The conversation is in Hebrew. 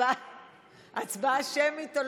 בעד הצבעה שמית.